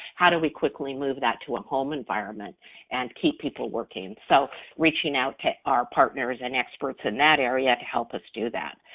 how do we quickly move that to a home environment and keep people working? so reaching out to our partners and experts in that area to help us do that.